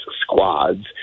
squads